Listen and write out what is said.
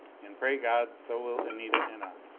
and pray god, so will anita and i.